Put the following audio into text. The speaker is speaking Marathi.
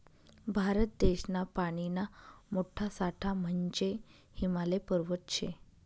भारत देशना पानीना मोठा साठा म्हंजे हिमालय पर्वत शे